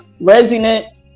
resonant